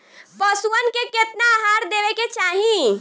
पशुअन के केतना आहार देवे के चाही?